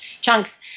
chunks